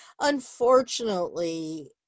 Unfortunately